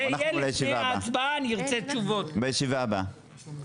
בישיבה הבאה.